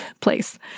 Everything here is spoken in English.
place